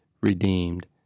redeemed